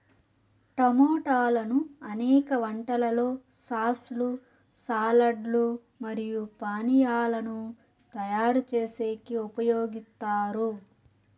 టమోటాలను అనేక వంటలలో సాస్ లు, సాలడ్ లు మరియు పానీయాలను తయారు చేసేకి ఉపయోగిత్తారు